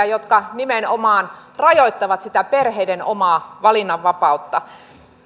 jotka nimenomaan rajoittavat sitä perheiden omaa valinnanvapautta